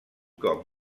cop